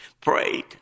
prayed